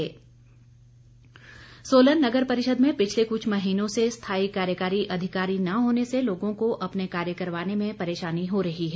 नगर परिषद सोलन नगर परिषद में पिछले कुछ महीनों से स्थाई कार्यकारी अधिकारी न होने से लोगों को अपने कार्य करवाने में परेशानी हो रही है